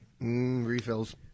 Refills